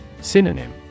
Synonym